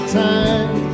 time